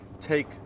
take